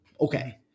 Okay